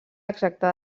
exacte